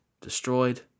destroyed